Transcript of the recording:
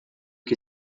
que